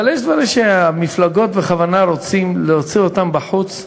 אבל יש דברים שהמפלגות בכוונה רוצות להוציא החוצה,